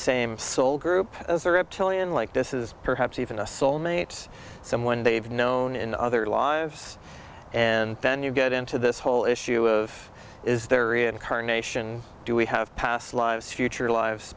same soul group as their reptilian like this is perhaps even a soul mates someone they've known in other lives and then you get into this whole issue of is there reincarnation do we have past lives future lives